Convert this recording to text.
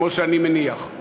כמו שאני מניח.